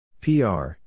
Pr